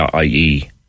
ie